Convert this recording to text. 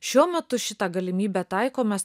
šiuo metu šitą galimybę taiko mes